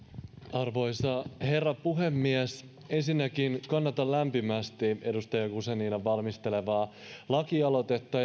arvoisa herra puhemies ensinnäkin kannatan lämpimästi edustaja guzeninan valmistelemaa lakialoitetta